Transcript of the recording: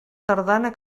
tardana